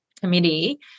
committee